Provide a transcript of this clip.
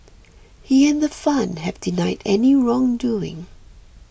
he and the fund have denied any wrongdoing